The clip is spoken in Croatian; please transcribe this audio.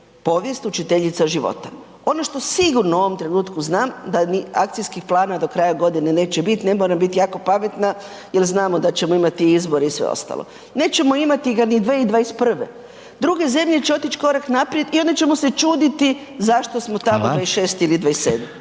povijest učiteljica života. Ono što sigurno u ovom trenutku znam da ni akcijskih plana do kraja godine neće bit, ne moram biti jako pametna jer znamo da ćemo imati izbore i sve ostalo. Nećemo imati ga ni 2021., druge zemlje će otići korak naprijed i onda ćemo se čuditi zašto smo tamo 26 ili 27.